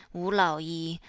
wu lao yi,